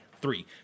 three